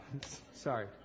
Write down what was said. Sorry